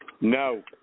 No